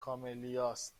کاملیاست